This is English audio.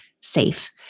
safe